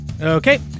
Okay